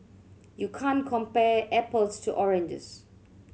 you can't compare apples to oranges